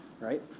right